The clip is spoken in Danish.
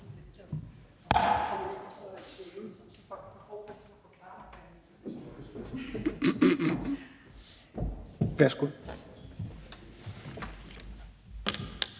Værsgo.